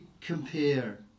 compare